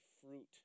fruit